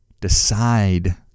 decide